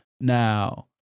now